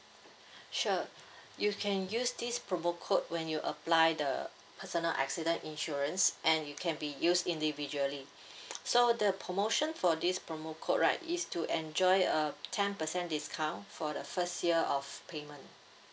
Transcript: sure you can use this promo code when you apply the personal accident insurance and it can be used individually so the promotion for this promo code right is to enjoy a ten percent discount for the first year of payment